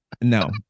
No